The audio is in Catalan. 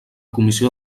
comissió